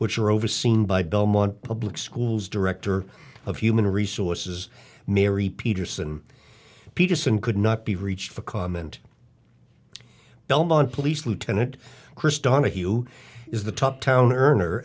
which are overseen by belmont public school's director of human resources mary peterson peterson could not be reached for comment belmont police lieutenant chris donahue is the top town earner